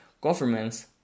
governments